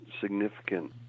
significant